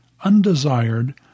undesired